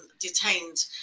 detained